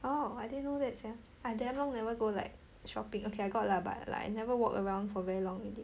orh I didn't know that sia I damn long never go like shopping okay I got lah but like I never walk around for very long already